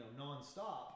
nonstop